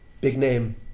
big-name